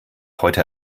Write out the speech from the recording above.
heute